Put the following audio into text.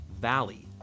Valley